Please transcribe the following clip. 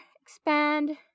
expand